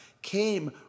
came